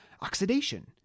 Oxidation